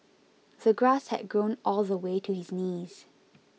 the grass had grown all the way to his knees